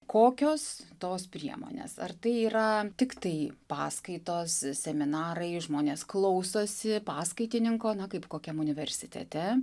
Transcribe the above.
kokios tos priemonės ar tai yra tiktai paskaitos seminarai žmonės klausosi paskaitininko na kaip kokiam universitete